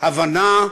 הבנה,